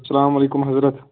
سَلام علیکُم حضرت